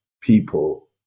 people